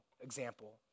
example